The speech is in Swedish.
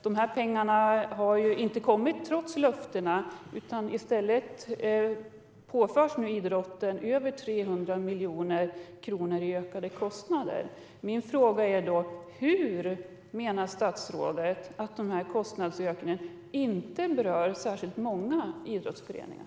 De här pengarna har inte kommit, trots löftena. I stället påförs nu idrotten över 300 miljoner kronor i ökade kostnader. Min fråga är: Hur menar statsrådet att den här kostnadsökningen inte berör särskilt många idrottsföreningar?